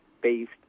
based